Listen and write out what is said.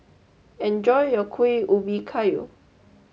enjoy your Kuih Ubi Kayu